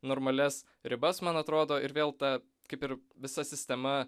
normalias ribas man atrodo ir vėl ta kaip ir visa sistema